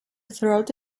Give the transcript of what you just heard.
throat